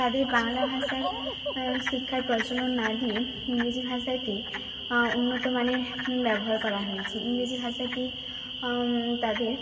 তাদের বাংলা ভাষার শিক্ষার প্রচলন না দিয়ে ইংরেজি ভাষাকে উন্নতমানের ব্যবহার করা হয়েছে ইংরেজি ভাষাকে তাদের